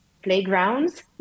playgrounds